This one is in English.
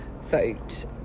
vote